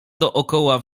dookoła